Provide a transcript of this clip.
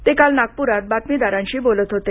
ते काल नागपुरात बातमीदारांशी बोलत होते